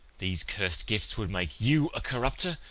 these curs'd gifts would make you a corrupter,